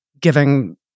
giving